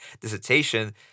dissertation